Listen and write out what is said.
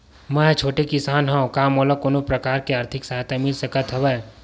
मै ह छोटे किसान हंव का मोला कोनो प्रकार के आर्थिक सहायता मिल सकत हवय?